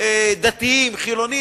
דתיים חילונים,